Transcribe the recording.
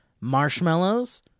Marshmallows